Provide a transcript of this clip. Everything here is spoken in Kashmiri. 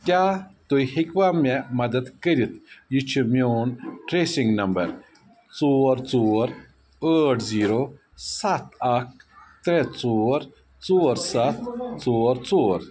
کیٛاہ تُہۍ ہیٚکوا مےٚ مدد کٔرِتھ یہِ چھُ میٛون ٹرٛیسِنٛگ نمبر ژور ژور ٲٹھ زیٖرو سَتھ اکھ ترٛےٚ ژور ژور سَتھ ژور ژور